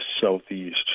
southeast